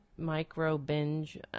MicroBinge